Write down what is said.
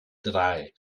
drei